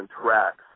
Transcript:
tracks